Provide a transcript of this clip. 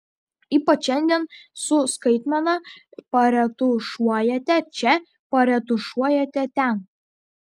ypač šiandien su skaitmena paretušuojate čia paretušuojate ten